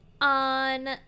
On